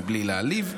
מבלי להעליב.